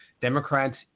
Democrats